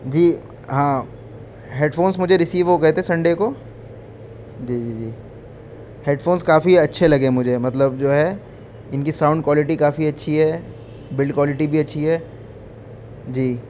جی ہاں headphones مجھے receive ہو گئے تھے سنڈے کو جی جی جی فونس کافی اچھے لگے مجھے مطلب جو ہے ان کی ساؤنڈ کوالٹی کافی اچھی ہے بلڈ کوالٹی بھی اچھی ہے جی